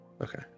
Okay